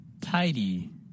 Tidy